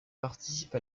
participe